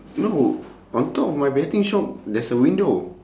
no on top of my betting shop there's a window